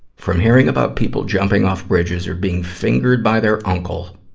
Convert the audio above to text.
from hearing about people jumping off bridges or being fingered by their uncle,